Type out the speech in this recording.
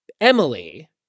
Emily